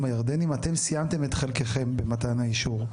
הירדנים אתם סיימתם את חלקיכם במתן האישור.